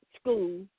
school